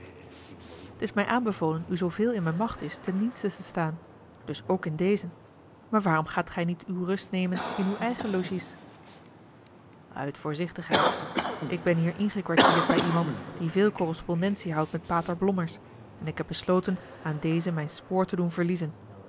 t is mij aanbevolen u zooveel in mijne macht is ten dienste te staan dus ook in dezen maar waarom gaat gij niet uwe rust nemen in uw eigen logies uit voorzichtigheid ik ben hier ingekwartierd bij iemand die veel correspondentie houdt met pater blommers en ik heb besloten aan dezen mijn spoor te doen verliezen